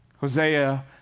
Hosea